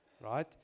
right